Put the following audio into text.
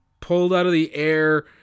pulled-out-of-the-air